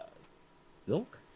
Silk